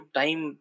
time